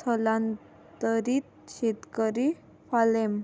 स्थलांतरित शेतकरी हार्लेम